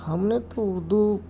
ہم نے تو اردو